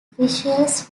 officials